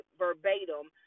verbatim